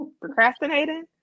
Procrastinating